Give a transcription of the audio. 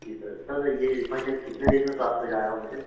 जी sir sir यह refund कितने दिन में प्राप्त हो जाएगा मुझे